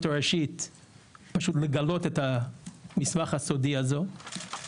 הראשית פשוט לגלות את המסמך הסודי הזה.